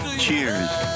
Cheers